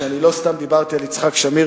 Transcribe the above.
שאני לא סתם דיברתי על יצחק שמיר,